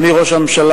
בבקשה.